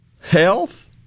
health